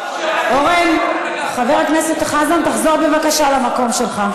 אורן, חבר הכנסת חזן, תחזור בבקשה למקום שלך.